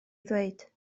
ddweud